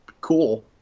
cool